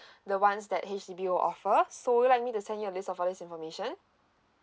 the ones that H_D_B will offer so would you like me to send you a list of all this information